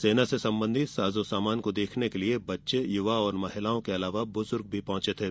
सेना से संबंधी साजोसामान को देखने के लिए बच्चे युवा और महिलाओं के अलावा बुजुर्ग भी पहचे